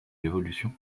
l’évolution